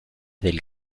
del